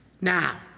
Now